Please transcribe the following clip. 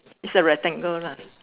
is a rectangle lah